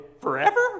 forever